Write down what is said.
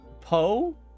Poe